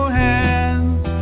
hands